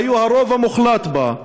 שהיו הרוב המוחלט בה,